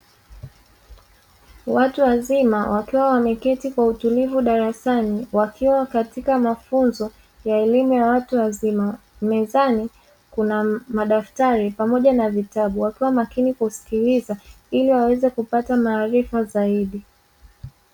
Watu wazima wakiwa wameketi kwa utulivu darasani wakiwa katika mafunzo ya elimu ya watu wazima, mezani kuna madaftari pamoja na vitabu wakiwa makini kusikiliza ili waweze kupata maarifa zaidi.